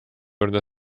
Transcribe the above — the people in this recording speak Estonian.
juurde